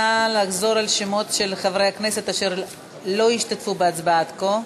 נא לחזור על שמות של חברי הכנסת אשר לא השתתפו בהצבעה עד כה.